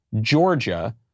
Georgia